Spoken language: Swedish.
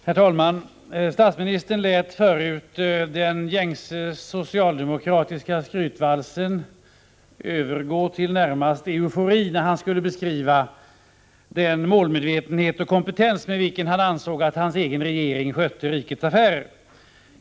Herr talman! Statsministern lät förut den gängse socialdemokratiska skrytvalsen övergå till närmast eufori, när han skulle beskriva den målmedvetenhet och kompetens med vilken han ansåg att hans egen regering skötte rikets affärer.